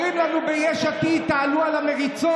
אומרים לנו ביש עתיד: תעלו על המריצות,